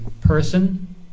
person